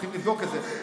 צריכים לבדוק את זה.